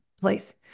place